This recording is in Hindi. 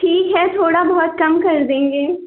ठीक है थोड़ा बहुत कम कर देंगे